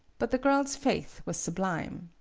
but the girl's faith was sublime.